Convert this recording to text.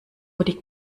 liegt